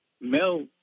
Mel